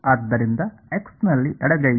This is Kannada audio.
ಆದ್ದರಿಂದ x ನಲ್ಲಿ ಎಡಗೈ ಏನು